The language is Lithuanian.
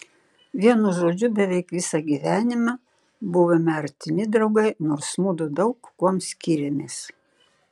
vienu žodžiu beveik visą gyvenimą buvome artimi draugai nors mudu daug kuom skyrėmės